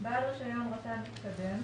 "בעל רישיון רט"ן מתקדם"